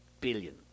billion